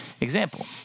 Example